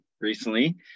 recently